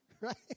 right